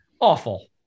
awful